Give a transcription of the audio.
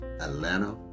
Atlanta